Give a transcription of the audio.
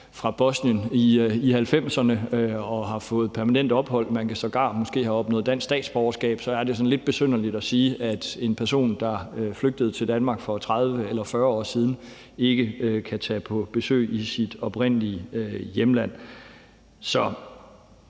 fra Bosnien i 1990'erne og har fået permanent ophold, man kan sågar måske have opnået dansk statsborgerskab, er det lidt besynderligt at sige, at en person, der er flygtet til Danmark for 30 eller 40 år siden, ikke kan tage på besøg i sit oprindelige hjemland. Det